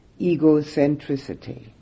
egocentricity